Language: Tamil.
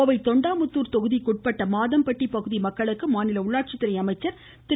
கோவை தொண்டாமுத்தூா் தொகுதிக்கு உட்பட்ட மாதம்பட்டி பகுதி மக்களுக்கு மாநில உள்ளாட்சித்துறை அமைச்சர் திரு